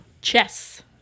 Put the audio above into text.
Chess